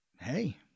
Hey